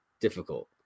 difficult